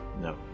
no